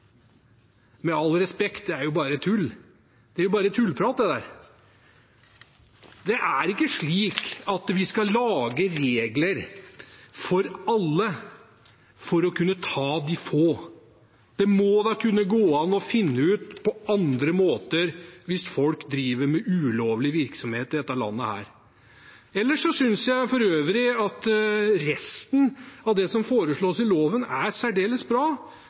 med all respekt bare tull. Det er bare tullprat det der. Det er ikke slik at vi skal lage regler for alle for å kunne ta de få. Det må da kunne gå an å finne ut på andre måter om folk driver med ulovlig virksomhet i dette landet. Ellers synes jeg at resten av det som foreslås i loven, er særdeles bra.